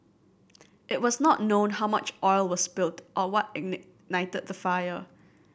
it was not known how much oil was spilled or what the fire